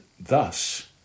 thus